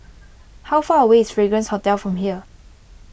how far away is Fragrance Hotel from here